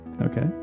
Okay